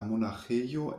monaĥejo